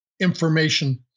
information